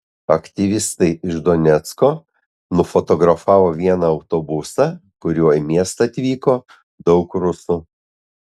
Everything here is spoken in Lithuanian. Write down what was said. aktyvistai iš donecko nufotografavo vieną autobusą kuriuo į miestą atvyko daug rusų